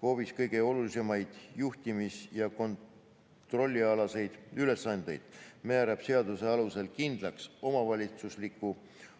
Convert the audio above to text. KOV‑is kõige olulisemaid juhtimis- ja kontrollialaseid ülesandeid: määrab seaduse alusel kindlaks omavalitsusliku